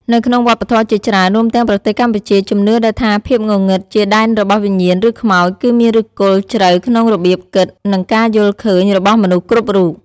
នៅក្នុងវប្បធម៌ជាច្រើន រួមទាំងប្រទេសកម្ពុជា ជំនឿដែលថាភាពងងឹតជាដែនរបស់វិញ្ញាណ ឬខ្មោច គឺមានឫសគល់ជ្រៅក្នុងរបៀបគិត និងការយល់ឃើញរបស់មនុស្សគ្រប់រូប ។